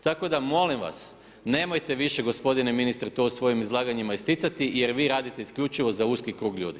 Tako da molim vas, nemojte više gospodine ministre to u svojim izlaganjima isticati jer vi radite isključivo za uski krug ljudi.